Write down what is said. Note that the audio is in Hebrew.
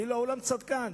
כאילו העולם צדיק.